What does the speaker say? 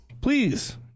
Please